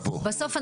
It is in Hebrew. בסוף,